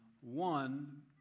One